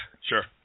Sure